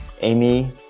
Amy